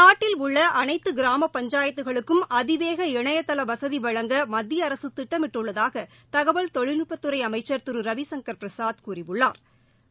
நாட்டில் உள்ள அனைத்து கிராம பஞ்சாயத்துகளுக்கும் அதிவேக இணையதள வசதி வழங்க மத்திய அரசு திட்டமிட்டுள்ளதாக தகவல் தொழில்நுட்பத்துறை அமைச்சா் திரு ரவிசங்கா் பிரசாத் கூறியுள்ளாா்